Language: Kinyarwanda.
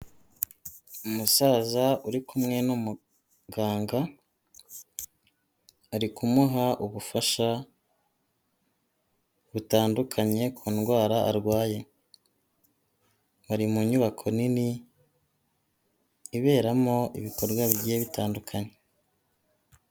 Umusaza uri kumwe n'umuganga, ari kumuha ubufasha butandukanye ku ndwara arwaye, bari mu nyubako nini iberamo ibikorwa bigiye bitandukanye.